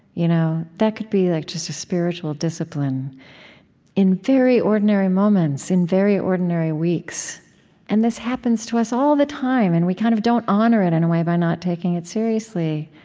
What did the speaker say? you know that could be like just a spiritual discipline in very ordinary moments, in very ordinary weeks when and this happens to us all the time. and we kind of don't honor it in a way by not taking it seriously.